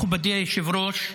מכובדי היושב-ראש,